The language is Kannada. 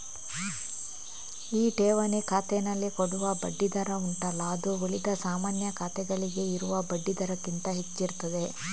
ಈ ಠೇವಣಿ ಖಾತೆನಲ್ಲಿ ಕೊಡುವ ಬಡ್ಡಿ ದರ ಉಂಟಲ್ಲ ಅದು ಉಳಿದ ಸಾಮಾನ್ಯ ಖಾತೆಗಳಿಗೆ ಇರುವ ಬಡ್ಡಿ ದರಕ್ಕಿಂತ ಹೆಚ್ಚಿರ್ತದೆ